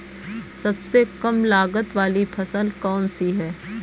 सबसे कम लागत वाली फसल कौन सी है?